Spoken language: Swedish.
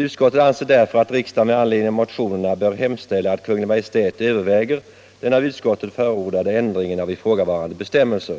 Utskottet anser därför att riksdagen med anledning av motionerna ——-=- bör hemställa att Kungl. Maj:t överväger den av utskottet förordade ändringen av ifrågavarande bestämmelse.”